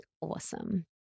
awesome